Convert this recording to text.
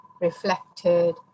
reflected